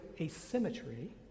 asymmetry